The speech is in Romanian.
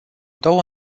două